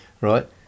right